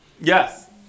Yes